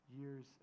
years